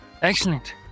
excellent